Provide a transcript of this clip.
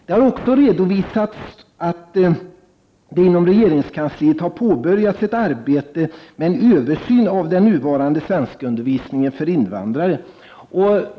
Det har också redovisats att det inom regeringskansliet har påbörjats en översyn av den nuvarande svenskundervisningen för invandrare.